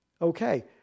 okay